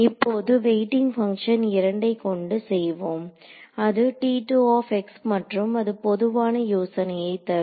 இப்போது weighting function 2 ஐ கொண்டு செய்வோம் அது மற்றும் அது பொதுவான யோசனையை தரும்